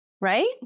Right